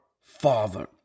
father